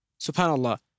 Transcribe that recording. SubhanAllah